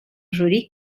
журі